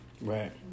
right